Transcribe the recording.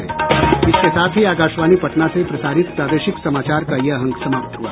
इसके साथ ही आकाशवाणी पटना से प्रसारित प्रादेशिक समाचार का ये अंक समाप्त हुआ